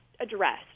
addressed